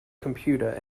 computer